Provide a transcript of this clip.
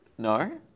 No